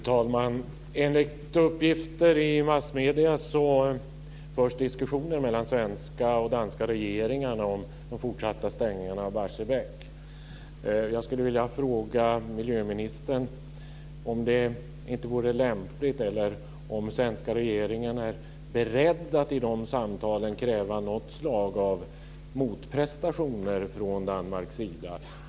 Fru talman! Enligt uppgifter i massmedier förs det diskussioner mellan den svenska och den danska regeringen om den fortsatta stängningen av Barsebäck. Jag skulle vilja fråga miljöministern om den svenska regeringen är beredd att i de samtalen kräva något slag av motprestationer från Danmarks sida.